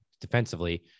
defensively